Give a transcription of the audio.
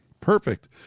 Perfect